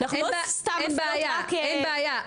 אנחנו לא סתם מביאות רק -- אין בעיה,